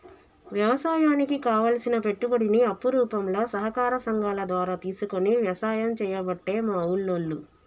వ్యవసాయానికి కావలసిన పెట్టుబడిని అప్పు రూపంల సహకార సంగాల ద్వారా తీసుకొని వ్యసాయం చేయబట్టే మా ఉల్లోళ్ళు